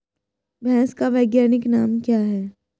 भैंस का वैज्ञानिक नाम क्या है?